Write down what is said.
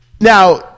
now